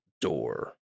door